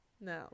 No